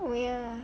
oh ya